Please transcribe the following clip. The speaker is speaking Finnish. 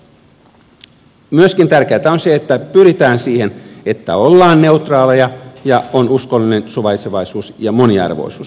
myöskin tärkeätä on se että pyritään siihen että ollaan neutraaleja ja on uskonnollinen suvaitsevaisuus ja moniarvoisuus